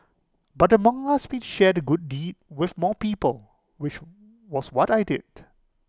but the monk asked me to share the good deed with more people which was what I did